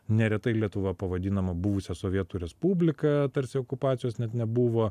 neretai lietuva pavadinama buvusia sovietų respublika tarsi okupacijos net nebuvo